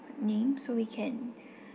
name so we can